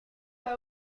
pas